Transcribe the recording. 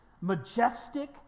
majestic